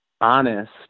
honest